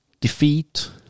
defeat